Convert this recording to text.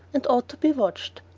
and ought to be watched.